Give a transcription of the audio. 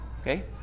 Okay